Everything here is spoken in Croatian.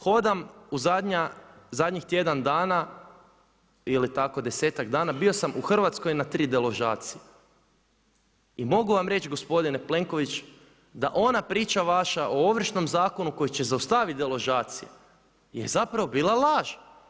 Hodam u zadnjih tjedan dana ili tako desetak dana bio sam u Hrvatskoj na tri deložacije i mogu vam reći gospodine Plenković da ona priča vaša o Ovršnom zakonu koji će zaustaviti deložacije je zapravo bila laž.